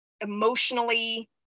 emotionally